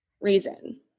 reason